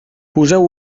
poseu